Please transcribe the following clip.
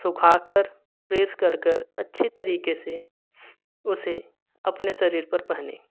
सुखा कर प्रेस कर कर अच्छे तरीके से उसे अपने शरीर पर पहने